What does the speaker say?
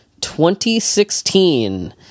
2016